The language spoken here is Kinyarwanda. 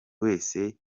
wese